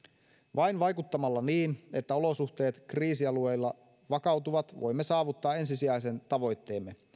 vain vaikuttamalla niin että olosuhteet kriisialueilla vakautuvat voimme saavuttaa ensisijaisen tavoitteemme eli